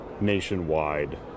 nationwide